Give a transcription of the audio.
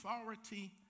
authority